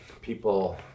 People